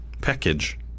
package